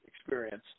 experience